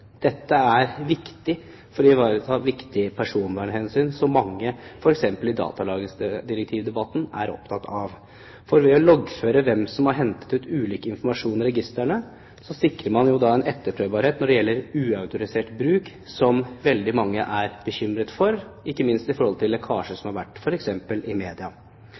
Dette er viktig for å ivareta viktige personvernhensyn som mange, f.eks. i datalagringsdirektivdebatten, er opptatt av. Ved å loggføre hvem som har hentet ut ulik informasjon i registrene, sikrer man en etterprøvbarhet når det gjelder uautorisert bruk, som veldig mange er bekymret for, ikke minst med tanke på lekkasjer som har vært f.eks. i media.